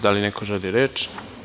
Da li neko želi reč?